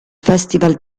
festival